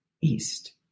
east